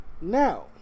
Now